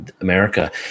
America